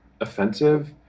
offensive